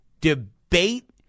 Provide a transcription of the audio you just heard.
debate